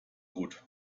gut